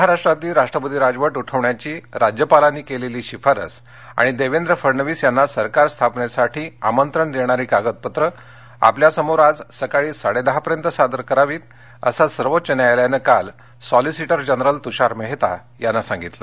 महाराष्ट्रातली राष्ट्रपती राजवट उठवण्याची राज्यपालांनी केलेली शिफारस आणि देवेंद्र फडणवीस यांना सरकार स्थापनेसाठी आमंत्रण देणारी कागदपत्रे आपल्यासमोर आज सकाळी साडेदहापर्यंत सादर करावीत असं सर्वोच्च न्यायालयानं काल सॉलिसिटर जनरल तुषार मेहता यांना सांगितलं